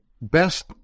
best